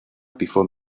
before